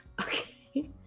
Okay